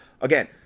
again